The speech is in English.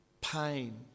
pain